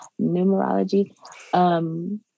numerology